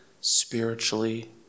spiritually